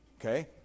okay